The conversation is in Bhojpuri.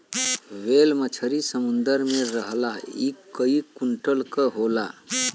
ह्वेल मछरी समुंदर में रहला इ कई कुंटल क होला